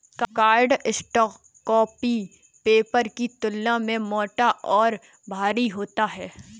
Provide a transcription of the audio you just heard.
cardstock copy paper की तुलना में मोटा और भारी होता है